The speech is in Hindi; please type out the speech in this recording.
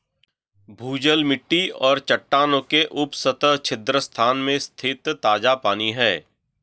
भूजल मिट्टी और चट्टानों के उपसतह छिद्र स्थान में स्थित ताजा पानी है